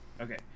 Okay